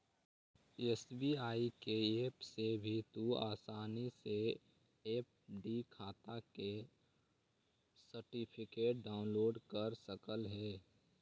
SBI के app से भी तू आसानी से एफ.डी खाटा के सर्टिफिकेट डाउनलोड कर सकऽ हे